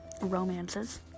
romances